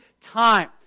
time